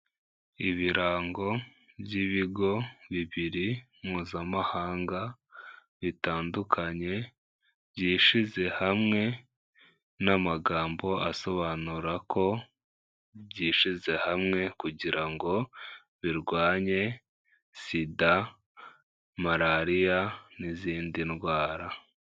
Ibirango by'ibigo bibiri mpuzamahanga bitandukanye, byishize hamwe n'amagambo asobanura ko byishyize hamwe kugira ngo birwanye SIDA, Malariya n'izindi ndwara.